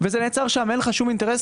וזה נעצר שם; אין לך שום אינטרס